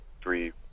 three